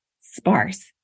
sparse